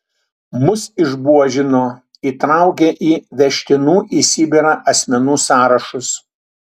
mus išbuožino įtraukė į vežtinų į sibirą asmenų sąrašus